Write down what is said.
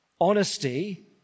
Honesty